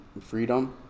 freedom